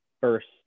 first